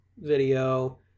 video